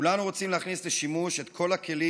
כולנו רוצים להכניס לשימוש את כל הכלים